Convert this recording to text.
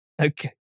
Okay